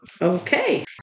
Okay